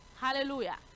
hallelujah